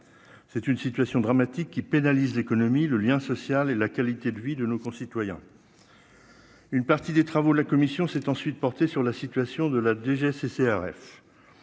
c'est une situation dramatique qui pénalise l'économie le lien social et la qualité de vie de nos concitoyens, une partie des travaux de la commission s'est ensuite porté sur la situation de la DGCCRF,